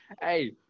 hey